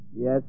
Yes